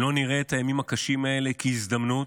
אם לא נראה את הימים הקשים האלה כהזדמנות,